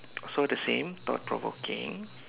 so the same thought provoking